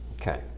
okay